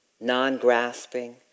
non-grasping